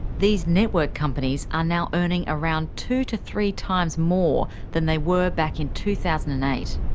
these network companies are now earning around two to three times more than they were back in two thousand and eight.